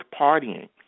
partying